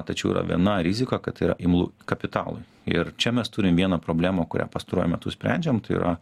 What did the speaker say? tačiau yra viena rizika kad tai yra imlu kapitalui ir čia mes turim vieną problemą kurią pastaruoju metu sprendžiam tai yra